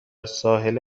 ساحل